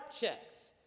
Checks